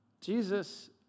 Jesus